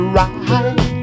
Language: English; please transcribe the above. right